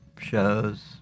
shows